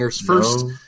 first